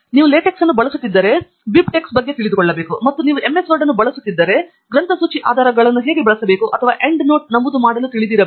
ನೀವು LaTeX ಅನ್ನು ಬಳಸುತ್ತಿದ್ದರೆ ನೀವು BibTeX ಬಗ್ಗೆ ತಿಳಿದುಕೊಳ್ಳಬೇಕು ಮತ್ತು ನೀವು MS ವರ್ಡ್ ಅನ್ನು ಬಳಸುತ್ತಿದ್ದರೆ ಗ್ರಂಥಸೂಚಿ ಆಧಾರಗಳನ್ನು ಹೇಗೆ ಬಳಸಬೇಕು ಅಥವಾ ಎಂಡ್ನೋಟ್ ನಮೂದು ಮಾಡಲು ತಿಳಿಯಬೇಕು